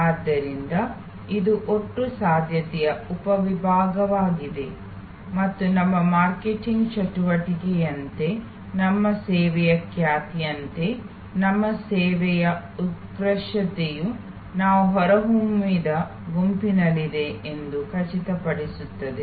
ಆದ್ದರಿಂದ ಇದು ಒಟ್ಟು ಸಾಧ್ಯತೆಯ ಉಪವಿಭಾಗವಾಗಿದೆ ಮತ್ತು ನಮ್ಮ ಮಾರ್ಕೆಟಿಂಗ್ ಚಟುವಟಿಕೆಯಂತೆ ನಮ್ಮ ಸೇವೆಯ ಖ್ಯಾತಿಯಂತೆ ನಮ್ಮ ಸೇವೆಯ ಉತ್ಕೃಷ್ಟತೆಯು ನಾವು ಹೊರಹೊಮ್ಮಿದ ಗುಂಪಿನಲ್ಲಿದೆ ಎಂದು ಖಚಿತಪಡಿಸುತ್ತದೆ